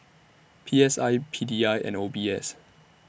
P S I P D I and O B S